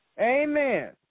Amen